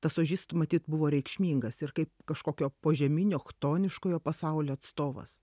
tas ožys matyt buvo reikšmingas ir kaip kažkokio požeminio chtoniškojo pasaulio atstovas